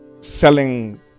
selling